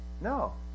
No